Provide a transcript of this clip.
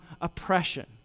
oppression